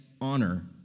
honor